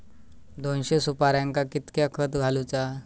दोनशे सुपार्यांका कितक्या खत घालूचा?